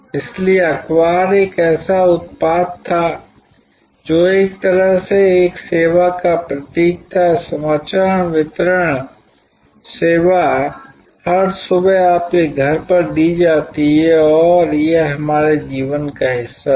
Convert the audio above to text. इसलिए अखबार एक ऐसा उत्पाद था जो एक तरह से एक सेवा का भी प्रतीक था समाचार वितरण सेवा हर सुबह आपके घर पर दी जाती थी और यह हमारे जीवन का हिस्सा था